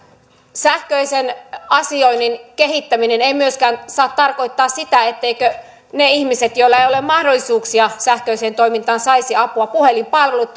sähköisen asioinnin kehittäminen ei myöskään saa tarkoittaa sitä etteivätkö ne ihmiset joilla ei ole mahdollisuuksia sähköiseen toimintaan saisi apua puhelinpalvelut